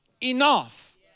enough